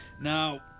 Now